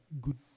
good